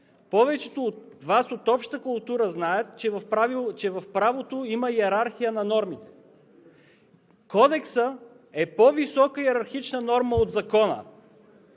Повечето от Вас от обща култура знаят, че в правото има йерархия на нормите. Кодексът е по-висока йерархична норма от закона.